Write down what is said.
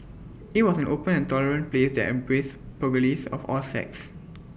IT was an open tolerant place that embraced pugilists of all sects